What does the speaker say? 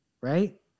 right